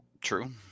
True